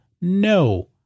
no